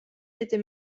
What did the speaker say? était